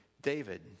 David